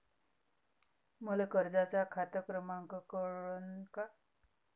मले कर्जाचा खात क्रमांक कळन का?